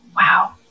Wow